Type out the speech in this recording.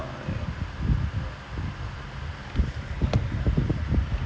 oh ya but actually I never tried before lah last time நான்:naan